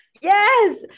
Yes